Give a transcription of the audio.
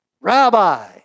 Rabbi